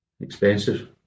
expensive